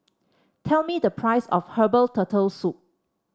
tell me the price of Herbal Turtle Soup